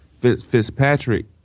Fitzpatrick